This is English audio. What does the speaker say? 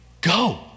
go